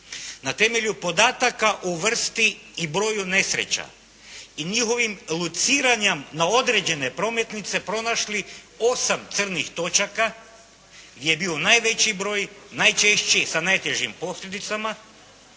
na temelju podataka o vrsti i broju nesreća i njihovim lociranjem na određene prometnice pronašli osam crnih točaka gdje je bio najveći broj, najčešći sa najtežim posljedicama